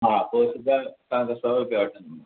हा पोइ सिधा तव्हांखा सौ रुपिया वठंदुमि